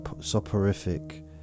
soporific